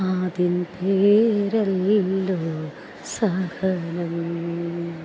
അതിൻ പേരല്ലോ സഹനം